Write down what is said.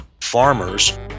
farmers